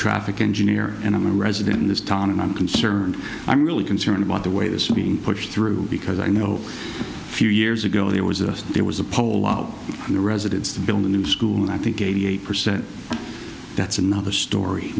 traffic engineer and i'm a resident in this town and i'm concerned i'm really concerned about the way it is being pushed through because i know a few years ago there was a there was a poll out in the residence to build a new school and i think eighty eight percent that's another story